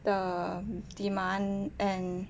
the demand and